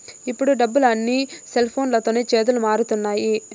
ఇప్పుడు డబ్బులు అన్నీ సెల్ఫోన్లతోనే చేతులు మారుతున్నాయి